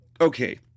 Okay